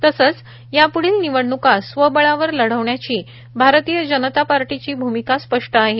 तसंच याप्ढील निवडण्का स्वबळावर लढविण्याची भारतीय जनता पार्टीची भूमिका स्पष्ट आहे